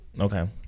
okay